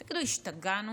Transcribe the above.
תגידו, השתגענו?